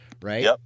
right